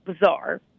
bizarre